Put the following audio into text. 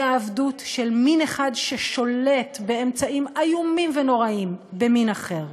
היא העבדות של מין אחד ששולט באמצעים איומים ונוראיים במין אחר.